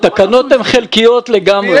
התקנות הן חלקיות לגמרי.